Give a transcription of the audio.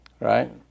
Right